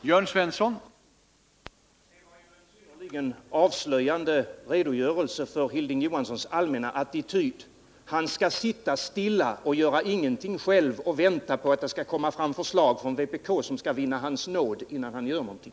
Herr talman! Det var en synnerligen avslöjande redogörelse för Hilding Johanssons attityd. Han skall sitta still och vänta på att det skall komma fram förslag från vpk, som kan vinna hans nåd, innan han gör någonting.